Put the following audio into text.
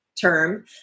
term